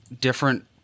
different